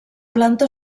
planta